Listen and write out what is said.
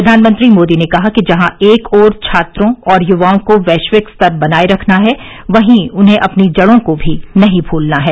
प्रधानमंत्री मोदी ने कहा कि जहां एक ओर छात्रों और य्वाओं को वैश्विक स्तर बनाए रखना है वहीं उन्हें अपनी जड़ों को भी नहीं भूलना है